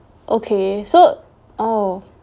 okay so oh